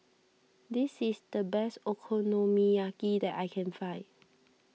this is the best Okonomiyaki that I can find